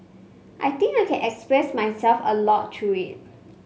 I think I can express myself a lot through it